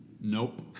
Nope